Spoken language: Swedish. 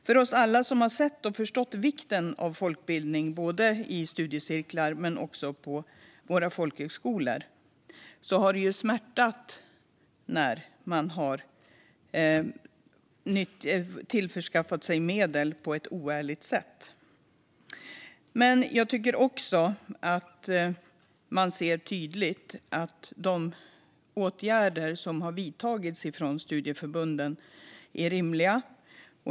För alla oss som har sett och förstått vikten av folkbildning, både i studiecirklar och på våra folkhögskolor, har det smärtat när man har tillskansat sig medel på ett oärligt sätt. Men jag tycker också att man tydligt ser att de åtgärder som har vidtagits från studieförbunden är rimliga.